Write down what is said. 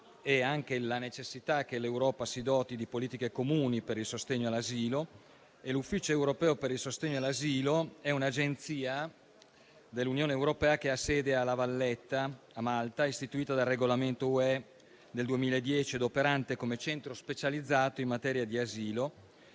e anche la necessità che l'Europa si doti di politiche comuni per il sostegno all'asilo. L'Ufficio europeo per il sostegno all'asilo è un'agenzia dell'Unione europea che ha sede a La Valletta, Malta, ed è stata istituita dal regolamento UE del 2010, operante come centro specializzato in materia di asilo.